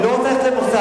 היא לא רוצה ללכת למוסד.